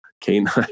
canine